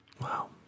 Wow